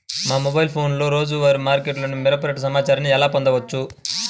మా మొబైల్ ఫోన్లలో రోజువారీ మార్కెట్లో మిరప రేటు సమాచారాన్ని ఎలా పొందవచ్చు?